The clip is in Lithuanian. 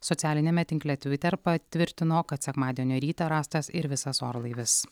socialiniame tinkle tviter patvirtino kad sekmadienio rytą rastas ir visas orlaivis